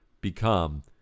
become